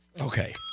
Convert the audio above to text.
Okay